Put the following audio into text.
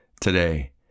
today